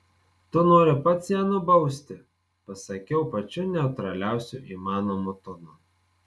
tu nori pats ją nubausti pasakiau pačiu neutraliausiu įmanomu tonu